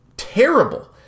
Terrible